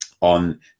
on